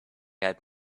had